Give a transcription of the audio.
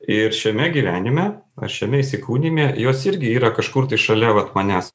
ir šiame gyvenime ar šiame įsikūnijime jos irgi yra kažkur tai šalia vat manęs